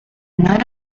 night